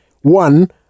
one